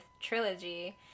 trilogy